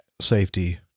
safety